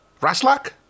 Raslak